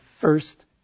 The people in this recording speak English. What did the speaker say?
first